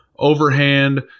overhand